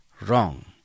wrong